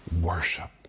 Worship